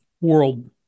world